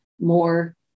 more